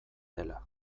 dela